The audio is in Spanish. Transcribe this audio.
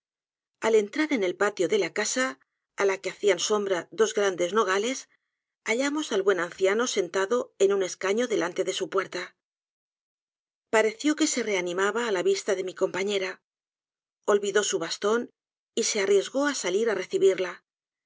segunda al entrar en el patio de la casa á la que hacían sombra dos grandes nogales hallamos al buen anciano sentado en un escaño delante de su puerta pareció que se reanimaba á la vista de mi compañera olvidó su bastón y se arriesgó á salir á recibirla